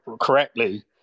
correctly